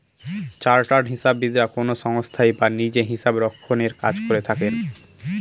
chartered হিসাববিদরা কোনো সংস্থায় বা নিজে হিসাবরক্ষনের কাজ করে থাকেন